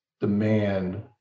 demand